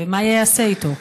3. ומה יעשה איתו?